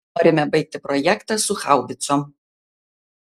norime baigti projektą su haubicom